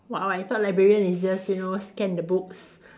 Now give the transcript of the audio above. !wow! I thought librarian is just you know scan the books